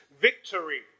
victory